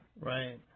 Right